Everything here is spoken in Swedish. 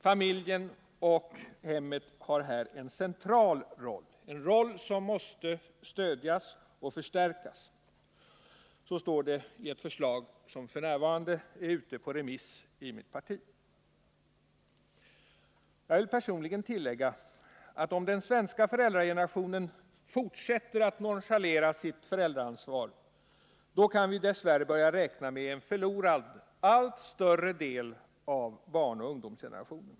Familjen och hemmet har här en central roll, en roll som måste stödjas och förstärkas. Så står det i ett förslag som f. n. är ute på remiss i vårt parti. Jag vill personligen tillägga att om den svenska föräldragenerationen fortsätter att nonchalera sitt föräldraansvar, kan vi dess värre börja räkna med en förlorad allt större del av barnoch ungdomsgenerationen.